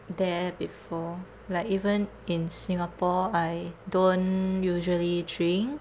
there before like even in singapore I don't usually drink